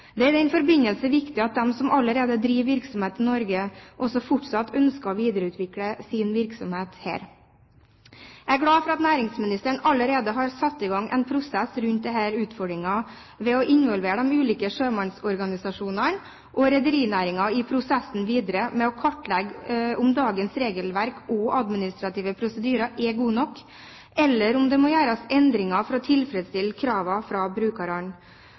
Det er i den forbindelse viktig at de som allerede driver virksomhet i Norge, fortsatt ønsker å videreutvikle sin virksomhet her. Jeg er glad for at næringsministeren allerede har satt i gang en prosess rundt denne utfordringen ved å involvere de ulike sjømannsorganisasjonene og rederinæringen i prosessen videre med å kartlegge om dagens regelverk og administrative prosedyrer er gode nok, eller om det må gjøres endringer for å tilfredsstille kravene fra brukerne.